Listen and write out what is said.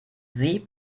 sie